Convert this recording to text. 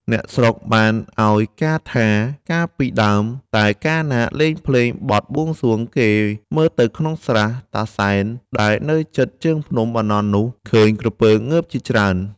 អ្នកស្រុកបានឱ្យការណ៍ថា កាលពីដើម តែកាលណាលេងភ្លេងបទបួងសួង គេមើលទៅក្នុងស្រះ តាសែន ដែលនៅជិតជើងភ្នំ បាណន់ នោះ ឃើញក្រពើងើបជាច្រើន ។